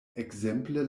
ekzemple